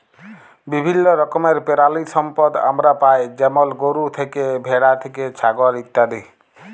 বিভিল্য রকমের পেরালিসম্পদ আমরা পাই যেমল গরু থ্যাকে, ভেড়া থ্যাকে, ছাগল ইত্যাদি